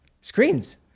Screens